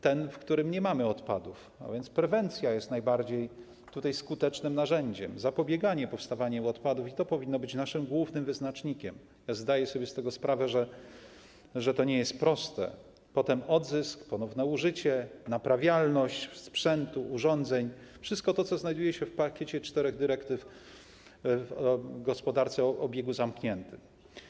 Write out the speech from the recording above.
Ten, w którym nie ma odpadów, a więc prewencja jest najbardziej skutecznym narzędziem, zapobieganie powstawaniu odpadów, i to powinno być naszym głównym wyznacznikiem - zdaję sobie sprawę z tego, że to nie jest proste - potem odzysk, ponowne użycie, naprawialność sprzętu, urządzeń, wszystko to, co znajduje się w pakiecie czterech dyrektyw dotyczących gospodarki o obiegu zamkniętym.